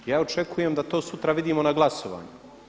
Ja očekujem da to sutra vidimo na glasovanju.